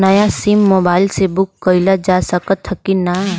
नया sim mobile से book कइलजा सकत ह कि ना?